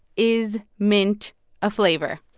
is mint a flavor?